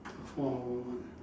four hour one